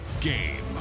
game